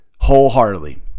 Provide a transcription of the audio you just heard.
wholeheartedly